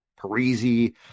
Parisi